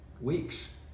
weeks